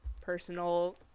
personal